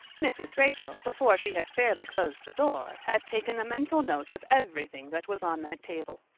mrs. rachel, before she had fairly closed the door, had taken a mental note of everything that was on that table.